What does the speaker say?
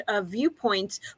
viewpoints